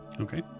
Okay